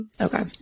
Okay